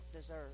deserve